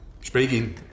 Speaking